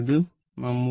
ഇത് 34